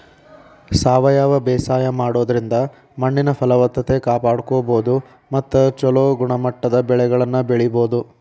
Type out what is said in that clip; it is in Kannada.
ಸಾವಯವ ಬೇಸಾಯ ಮಾಡೋದ್ರಿಂದ ಮಣ್ಣಿನ ಫಲವತ್ತತೆ ಕಾಪಾಡ್ಕೋಬೋದು ಮತ್ತ ಚೊಲೋ ಗುಣಮಟ್ಟದ ಬೆಳೆಗಳನ್ನ ಬೆಳಿಬೊದು